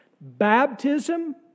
Baptism